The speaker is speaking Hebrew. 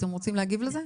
אתם רוצים להגיב לזה?